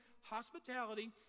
hospitality